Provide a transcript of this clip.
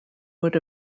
would